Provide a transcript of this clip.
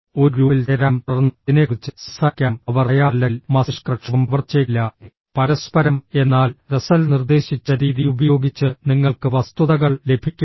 ഒരു ഗ്രൂപ്പിൽ ചേരാനും തുടർന്ന് അതിനെക്കുറിച്ച് സംസാരിക്കാനും അവർ തയ്യാറല്ലെങ്കിൽ മസ്തിഷ്കപ്രക്ഷോഭം പ്രവർത്തിച്ചേക്കില്ല പരസ്പരം എന്നാൽ റസ്സൽ നിർദ്ദേശിച്ച രീതി ഉപയോഗിച്ച് നിങ്ങൾക്ക് വസ്തുതകൾ ലഭിക്കും